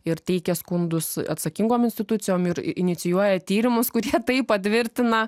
ir teikė skundus atsakingom institucijom ir inicijuoja tyrimus kurie tai patvirtina